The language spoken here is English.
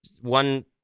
One